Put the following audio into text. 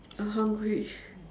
I hungry